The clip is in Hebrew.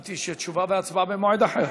אבל הבנתי שתשובה והצבעה במועד אחר,